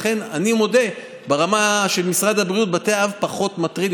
לכן אני מודה שברמה של משרד הבריאות בתי אב זה פחות מטריד.